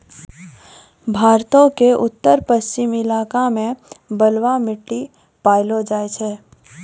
भारतो के उत्तर पश्चिम इलाका मे बलुआ मट्टी पायलो जाय छै